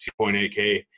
2.8k